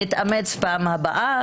נתאמץ בפעם הבאה,